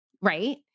right